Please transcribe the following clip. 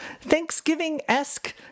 Thanksgiving-esque